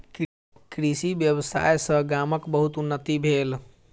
कृषि व्यवसाय सॅ गामक बहुत उन्नति भेल